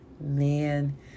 man